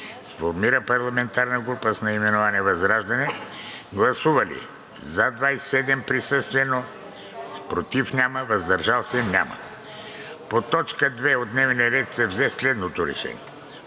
Сформира парламентарна група с наименование ВЪЗРАЖДАНЕ. Гласували: за 27 присъствено, против няма, въздържали се няма. По т. 2 от дневния ред се взе следното решение: